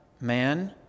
man